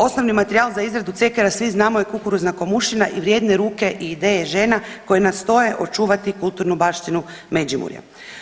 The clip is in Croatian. Osnovni materijal za izradu cekera je svi znamo kukuruzna komušina i vrijedne ruke i ideje žena koje nastoje očuvati kulturnu baštinu Međimurja.